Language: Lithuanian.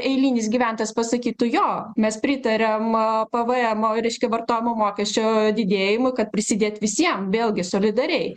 eilinis gyventojas pasakytų jo mes pritariam pvemo reiškia vartojimo mokesčio didėjimui kad prisidėt visiem vėlgi solidariai